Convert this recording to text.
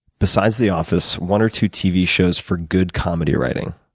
besides the office, one or two tv shows for good comedy writing,